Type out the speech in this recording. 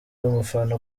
umufana